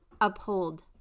uphold